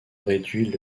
réduit